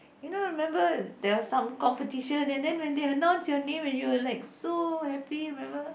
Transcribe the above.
you know you remember there are some competition and then when they announce your name and you were like so happy you remember